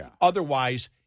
otherwise